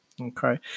Okay